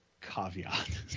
Caveat